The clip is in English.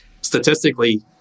statistically